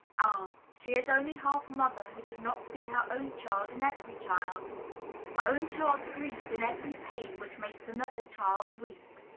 ah, she is only half mother who does not see her own child in every child her own child's grief in every pain which makes another child weep!